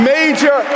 major